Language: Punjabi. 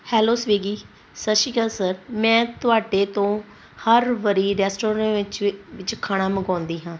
ਹੈਲੋ ਸਵੀਗੀ ਸਤਿ ਸ਼੍ਰੀ ਅਕਾਲ ਸਰ ਮੈਂ ਤੁਹਾਡੇ ਤੋਂ ਹਰ ਵਾਰ ਰੈਸਟੋਰੈਟ ਦੇ ਵਿਚ ਵਿੱਚ ਖਾਣਾ ਮੰਗਵਾਉਂਦੀ ਹਾਂ